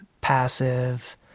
passive